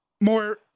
more